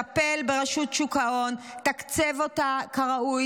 טפל ברשות שוק ההון, תקצב אותה כראוי.